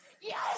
Yes